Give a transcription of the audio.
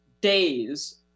days